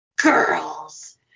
Girls